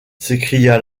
s’écria